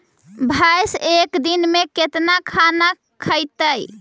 भैंस एक दिन में केतना खाना खैतई?